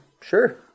sure